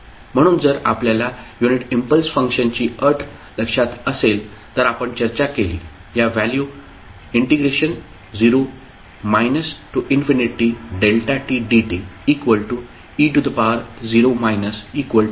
म्हणून जर आपल्याला युनिट इम्पल्स फंक्शनची अट लक्षात असेल तर आपण चर्चा केली या व्हॅल्यू 0 tdte0 1